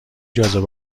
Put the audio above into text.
جاذبه